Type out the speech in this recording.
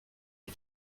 les